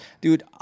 dude